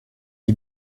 est